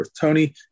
Tony